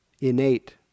innate